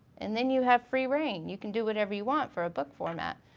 and then you have free reign, you can do whatever you want for a book format.